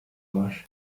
var